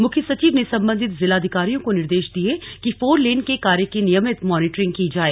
मुख्य सचिव ने संबंधित जिलाधिकारियों को निर्देश दिए कि फोर लेनिंग के कार्य की नियमित मॉनिटरिंग की जाए